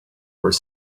were